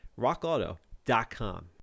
RockAuto.com